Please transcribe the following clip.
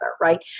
Right